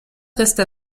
reste